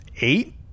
eight